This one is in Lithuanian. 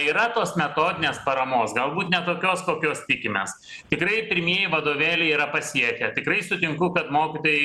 yra tos metodinės paramos galbūt ne tokios kokios tikimės tikrai pirmieji vadovėliai yra pasiekę tikrai sutinku kad mokytojai